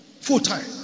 Full-time